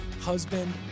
husband